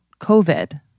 COVID